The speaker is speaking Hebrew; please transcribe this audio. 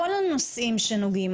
כל הנושאים שנוגעים,